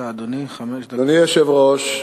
אדוני היושב-ראש,